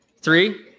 Three